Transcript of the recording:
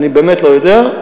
אני באמת לא יודע.